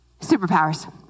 Superpowers